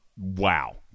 Wow